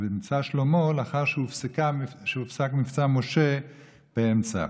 במבצע שלמה לאחר שהופסק מבצע משה באמצע.